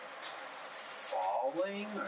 falling